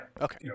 Okay